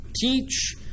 Teach